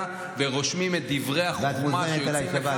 ורושמים את דברי החוכמה שיוצאים לך.